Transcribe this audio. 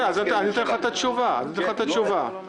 איפה זה עומד?